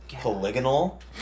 polygonal